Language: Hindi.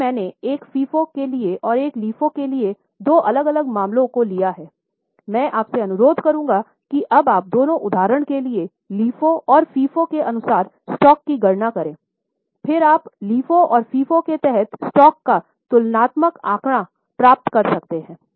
अभी मैंने एक FIFO के लिए और एक LIFO के लिए दो अलग अलग मामलों को लिया है मैं आपसे अनुरोध करुंगा कि अब दोनों उदाहरणों के लिए LIFO और FIFO के अनुसार स्टॉक की गणना करें फिर आप LIFO और FIFO के तहत स्टॉक का तुलनात्मक आंकड़ा प्राप्त कर सकते हैं